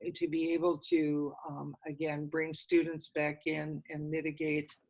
to be able to again bring students back in and mitigate